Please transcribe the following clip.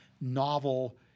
novel